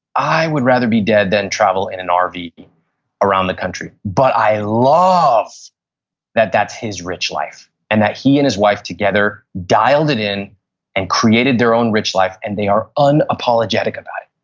i would rather be dead than travel in an ah rv around the country. but i love that that's his rich life. and that he and his wife together dialed it in and created their own rich life and they are unapologetic about it.